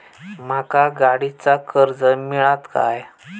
माका गाडीचा कर्ज मिळात काय?